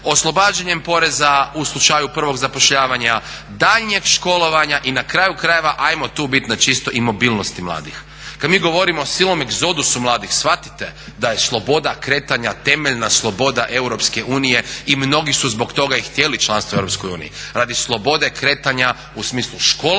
oslobađanjem poreza u slučaju prvog zapošljavanja, daljnjeg školovanja i na kraju krajeva ajmo tu biti na čisto, imobilnosti mladih. Kada mi govorimo o silnom egzodusu mladih shvatite da se sloboda kretanja temeljna sloboda EU i mnogi su zbog toga i htjeli članstvo u EU, radi slobode kretanja u smislu školovanja